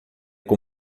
com